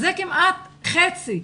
אז זה כמעט חצי.